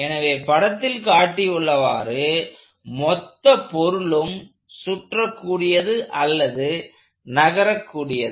எனவே படத்தில் காட்டியுள்ளவாறு மொத்த பொருளும் சுற்று கூடியது அல்லது நகரக் கூடியது